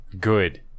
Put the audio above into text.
Good